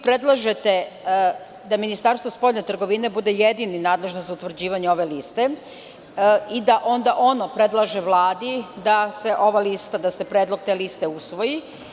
Predlažete da Ministarstvo spoljne trgovine bude jedini nadležan za utvrđivanje ove liste i da onda ono predlaže Vladi da se predlog te liste usvoji.